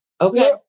Okay